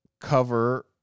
cover